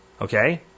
Okay